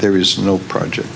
there is no project